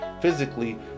physically